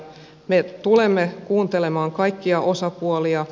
me tulemme kuuntelemaan kaikkia osapuolia